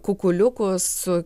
kukuliukus su